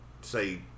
say